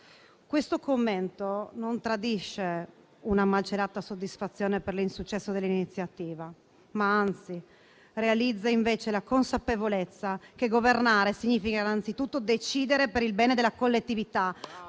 Questo commento non tradisce una malcelata soddisfazione per l'insuccesso dell'iniziativa, ma realizza invece la consapevolezza che governare significa innanzitutto decidere per il bene della collettività